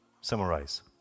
Summarize